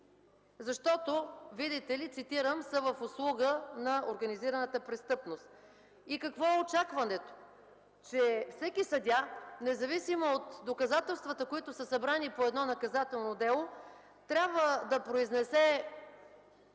защото, видите ли, са в услуга на организираната престъпност. И какво е очакването? Че всеки съдия, независимо от доказателствата, събрани по едно наказателно дело, трябва да произнесе